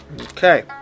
okay